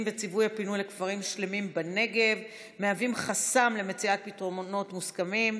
וצווי הפינוי לכפרים שלמים בנגב מהווים חסם למציאת פתרונות מוסכמים,